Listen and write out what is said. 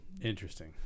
Interesting